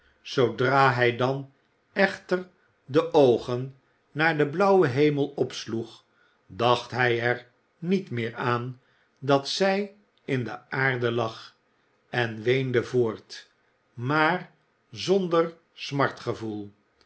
zoodra hij dan echter de oogen naar den blauwen hemel opsloeg dacht hij er niet meer aan dat zij in de aarde lag en weende voort maar zonder